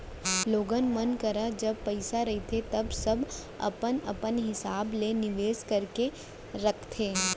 लोगन मन करा जब पइसा रहिथे तव सब अपन अपन हिसाब ले निवेस करके रखथे